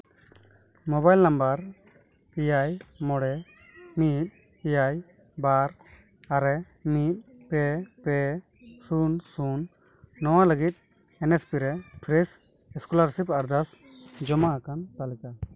mobile number ᱮᱭᱟᱭ ᱢᱚᱬᱮ ᱢᱤᱫ ᱮᱭᱟᱭ ᱵᱟᱨ ᱟᱨᱮ ᱢᱤᱫ ᱯᱮ ᱯᱮ ᱥᱩᱱ ᱥᱩᱱ ᱱᱚᱣᱟ ᱞᱟᱹᱜᱤᱫ ᱮᱱ ᱮᱥ ᱯᱤ ᱨᱮ ᱯᱷᱨᱮᱹᱥ ᱥᱠᱚᱞᱟᱨᱥᱤᱯ ᱟᱨᱫᱟᱥ ᱡᱚᱢᱟ ᱟᱠᱟᱱ ᱛᱟᱹᱞᱤᱠᱟ